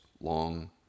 long